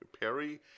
Perry